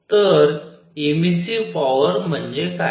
तर emissive power म्हणजे काय